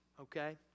Okay